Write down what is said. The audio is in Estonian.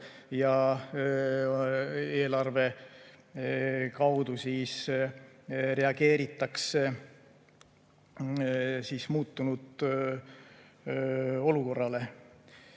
ja eelarve kaudu siis reageeritakse muutunud olukorrale.